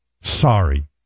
Sorry